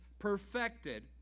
Perfected